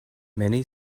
many